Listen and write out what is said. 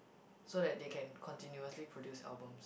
so that they can continuously produce albums